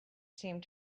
seemed